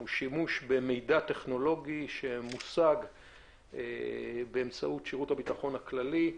הוא שימוש במידע טכנולוגי שמושג באמצעות שירות הביטחון הכללי,